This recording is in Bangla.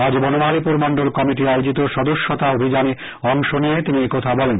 আজ বনমালীপুর মন্ডল কমিটি আয়োজিত সদস্যতা অভিযানে অংশ নিয়ে তিনি একথা বলেন